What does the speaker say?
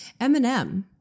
Eminem